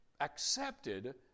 accepted